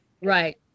right